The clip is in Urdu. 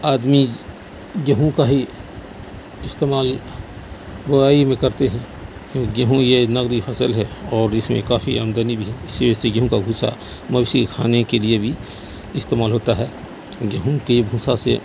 آدمی گیہوں کا ہی استعمال بوائی میں کرتے ہیں کیونکہ گیہوں یہ نقدی فصل ہے اور اس میں کافی آمدنی بھی ہے اسی وجہ سے گیہوں کا بھوسا مویشی کے کھانے کے لیے بھی استعمال ہوتا ہے گیہوں کے بھوسا سے